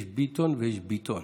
יש ביטון ויש ביטון.